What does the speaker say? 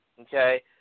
Okay